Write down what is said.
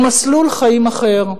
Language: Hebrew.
ומסלול חיים אחר.